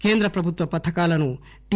కేంద్ర ప్రభుత్వ పథకాలను టి